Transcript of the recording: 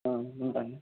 ఉంటాను